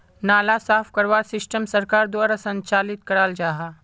नाला साफ करवार सिस्टम सरकार द्वारा संचालित कराल जहा?